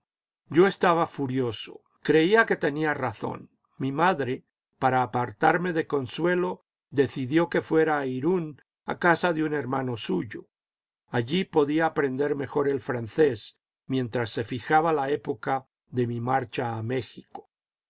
yo estaba furioso creía que tenía razón mi madre para apartarme de consuelo decidió que fuera a irún a casa de un hermano suyo allí podía aprender mejor el francés mientras se fijaba la época de mi marcha a méjico